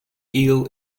eel